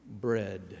bread